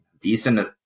decent